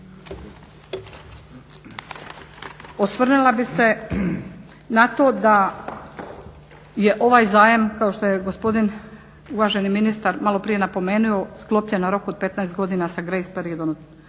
osvrnula bih se na to da je ovaj zajam, kao što je gospodin uvaženi ministar maloprije napomenuo, sklopljen na rok od 15 godina sa grace periodom